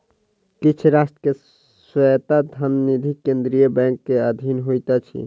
किछ राष्ट्र मे स्वायत्त धन निधि केंद्रीय बैंक के अधीन होइत अछि